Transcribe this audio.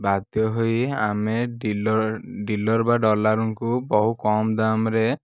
ବାଧ୍ୟ ହୋଇ ଆମେ ଡିଲର ଡିଲର ବା ଦଲାରଙ୍କୁ ବହୁ କମ୍ ଦାମରେ